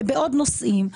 ובעוד נושאים.